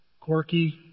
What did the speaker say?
quirky